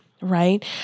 right